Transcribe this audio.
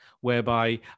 whereby